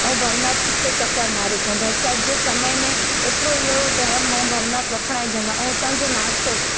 ऐं भवनाथ ते चकर मारे अचूं बरसाति जे समय में हेतिरो इहो डैम ऐं भवनाथ वखणाएजंदा ऐं हुतां जो नाश्तो